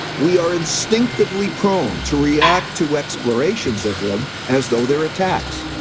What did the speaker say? we are instinctively prone to react to explorations of them as though they're attacks.